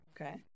okay